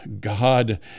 God